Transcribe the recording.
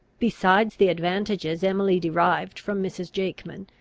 besides the advantages emily derived from mrs. jakeman,